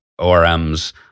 ORMs